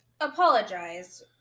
Apologize